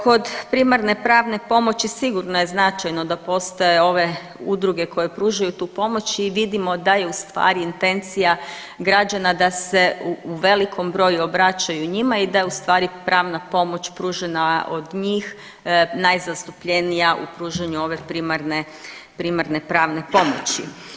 Kod primarne pravne pomoći sigurno je značajno da postoje ove udruge koje pružaju tu pomoć i vidimo da je intencija građana da se u velikom broju obraćaju njima da je pravna pomoć pružena od njih najzastupljenija u pružanju ove primarne pravne pomoći.